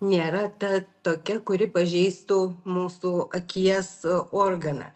nėra ta tokia kuri pažeistų mūsų akies organą